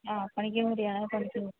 അ പണിക്കൻകുടിയാണ് കൊടുത്തു